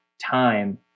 time